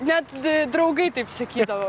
net draugai taip sakydavo